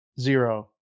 Zero